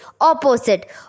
opposite